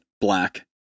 Black